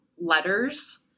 letters